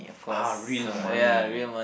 ah real money